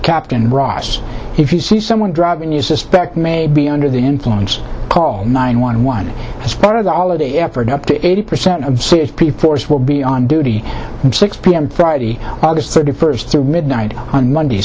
captain ross if you see someone driving you suspect may be under the influence paul nine one one as part of the holiday effort up to eighty percent of c h p force will be on duty six p m friday august thirty first through midnight on monday